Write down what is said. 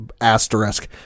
Asterisk